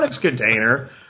container